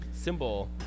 symbol